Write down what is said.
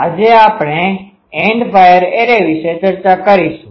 આજે આપણે end fire array વિશે ચર્ચા કરીશું